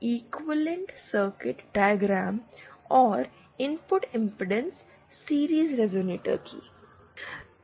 तो यह है इक्विवेलेंट सर्किट डायग्राम और इनपुट इंपेडेंस सीरिज़ रिजोनेटर की